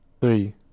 Three